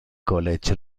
college